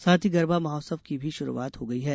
साथ ही गरबा महोत्सव की भी शुरूआत हो गई है